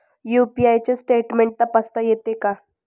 UPI चे statement तपासता येते का?